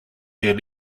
their